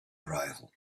arrival